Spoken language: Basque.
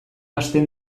hasten